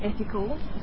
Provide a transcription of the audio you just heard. ethical